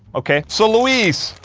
ok? so louise,